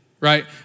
right